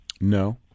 No